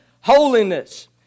holiness